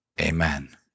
Amen